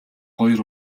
хоёр